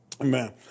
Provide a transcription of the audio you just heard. Amen